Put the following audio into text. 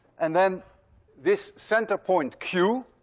and then this center point q,